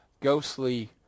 ghostly